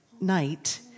night